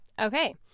Okay